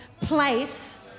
place